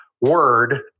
word